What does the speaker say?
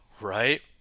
right